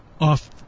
off